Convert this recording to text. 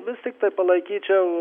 vis tiktai palaikyčiau